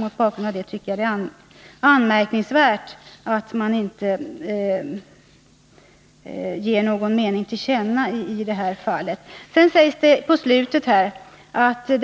Mot bakgrund av det tycker jag att det är anmärkningsvärt att utbildningsministern inte ger någon mening till känna i det här fallet. I slutet av svaret sägs att det